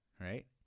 Right